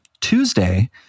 tuesday